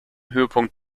höhepunkt